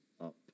up